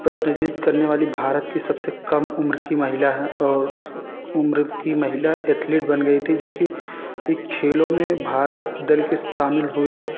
प्रतिनिधित्व करने वाली भारत की सब से कम उम्र की महिला है और उस उम्र की महिला एथलीट बन गई थी जब कि एक खेलों में भारत दल के शामिल हुए